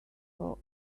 for